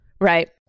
Right